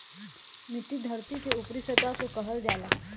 मिट्टी धरती के ऊपरी सतह के कहल जाला